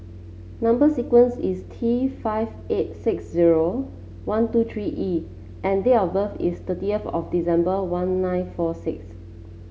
number sequence is T five eight six zero one two three E and date of birth is thirtieth of December one nine four six